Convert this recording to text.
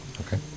Okay